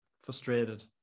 frustrated